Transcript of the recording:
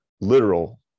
literal